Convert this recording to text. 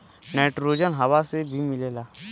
nitrogen हवा से भी मिलेला